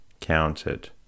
counted